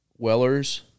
Wellers